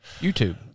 YouTube